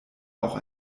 auch